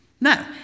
No